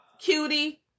Cutie